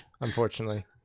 Unfortunately